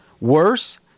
worse